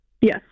Yes